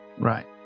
Right